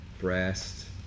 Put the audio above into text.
breast